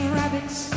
rabbits